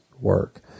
work